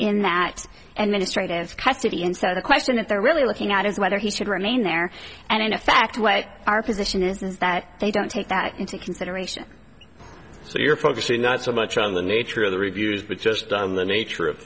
in that and the district is custody in so the question that they're really looking at is whether he should remain there and in effect what our position is is that they don't take that into consideration so you're focusing not so much on the nature of the reviews but just on the nature of